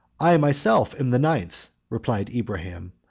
i myself am the ninth, replied ibrahim,